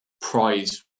prize